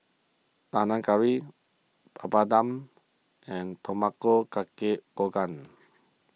Panang Curry Papadum and Tamago Kake Gohan